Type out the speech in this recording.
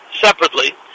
separately